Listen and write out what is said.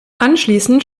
anschließend